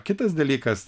kitas dalykas